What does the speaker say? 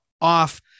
off